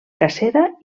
cacera